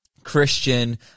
Christian